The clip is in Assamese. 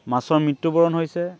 মাছৰ মৃত্যুবৰণ হৈছে